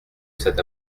cet